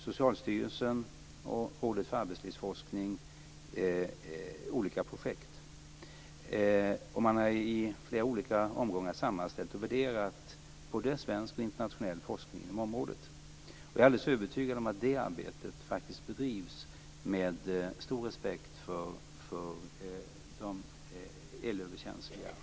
Socialstyrelsen och Rådet för arbetslivsforskning bedriver olika forskningsprojekt. I flera olika omgångar har man sammanställt och värderat både svensk och internationell forskning inom området. Jag är alldeles övertygad om att det arbetet bedrivs med stor respekt för de elöverkänsliga.